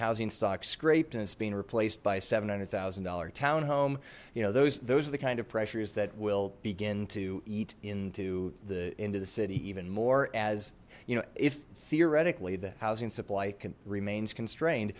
housing stocks scraped and it's been replaced by seven hundred thousand dollar townhome you know those those are the kind of pressures that will begin to eat into the end of the city even more as you know if theoretically the housing supply remains constrained